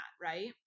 right